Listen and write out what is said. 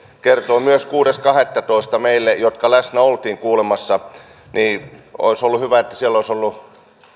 kertoi myös kuudes kahdettatoista meille jotka läsnä olimme kuulemassa olisi ollut hyvä että siellä olisi ollut